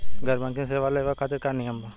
गैर बैंकिंग सेवा लेवे खातिर का नियम बा?